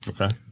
okay